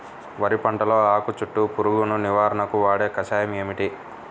వరి పంటలో ఆకు చుట్టూ పురుగును నివారణకు వాడే కషాయం ఏమిటి?